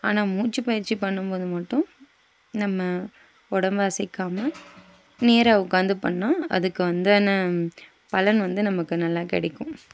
ஆனால் மூச்சுப்பயிற்சி பண்ணும் போது மட்டும் நம்ம உடம்ப அசைக்காமால் நேராக உட்காந்து பண்ணிணா அதுக்கு அந்தன்ன பலன் வந்து நமக்கு நல்ல கிடைக்கும்